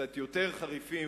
קצת יותר חריפים,